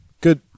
good